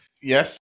Yes